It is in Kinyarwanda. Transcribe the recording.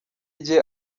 igihe